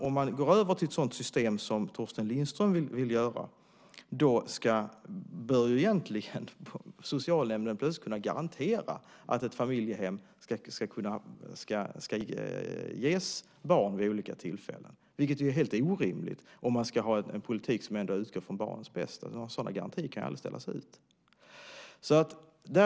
Om man går över till ett sådant system som Torsten Lindström vill ha bör socialnämnden kunna garantera att ett familjehem ska ges barn vid olika tillfällen. Det är ju helt orimligt om man ska ha en politik som utgår från barnets bästa. Några sådana garantier kan aldrig ställas.